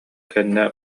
кэннэ